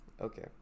Okay